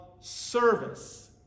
service